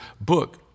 book